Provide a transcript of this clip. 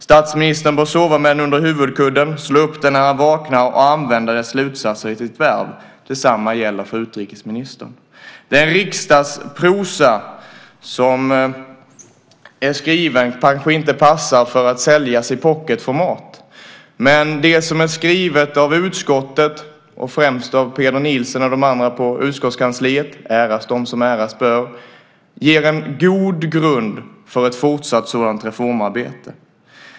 Statsministern bör sova med den under huvudkudden, slå upp den när han vaknar och använda dess slutsatser i sitt värv. Detsamma gäller för utrikesministern. Den riksdagsprosa som är skriven kanske inte passar för att säljas i pocketformat, men det som är skrivet av utskottet, främst av Peder Nielsen och de andra på utskottskansliet - äras de som äras bör - ger en god grund för ett fortsatt sådant reformarbete.